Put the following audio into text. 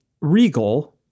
Regal